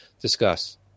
Discuss